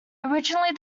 originally